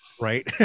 Right